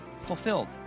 fulfilled